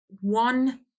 one